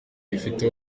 bifite